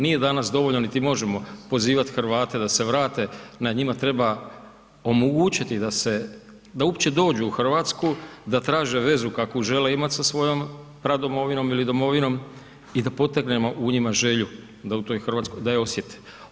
Nije danas dovoljno, niti možemo pozivat Hrvate da se vrate, na njima treba omogućiti da se, da uopće dođu u RH, da traže vezu kakvu žele imat sa svojom pradomovinom ili domovinom i da potegnemo u njima želju da u toj RH, da je osjete.